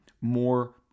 more